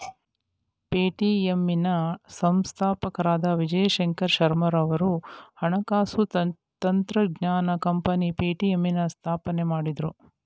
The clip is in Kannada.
ಪೇಟಿಎಂ ನ ಸಂಸ್ಥಾಪಕರಾದ ವಿಜಯ್ ಶೇಖರ್ ಶರ್ಮಾರವರು ಹಣಕಾಸು ತಂತ್ರಜ್ಞಾನ ಕಂಪನಿ ಪೇಟಿಎಂನ ಸ್ಥಾಪನೆ ಮಾಡಿದ್ರು